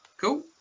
Cool